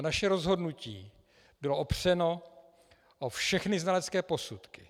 Naše rozhodnutí bylo opřeno o všechny znalecké posudky.